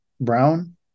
brown